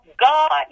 God